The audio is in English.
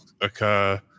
occur